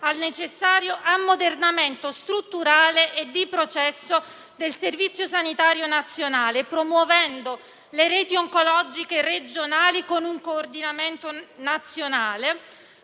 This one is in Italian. al necessario ammodernamento strutturale e di processo del Servizio sanitario nazionale, promuovendo le reti oncologiche regionali con un coordinamento nazionale